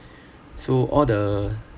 so all the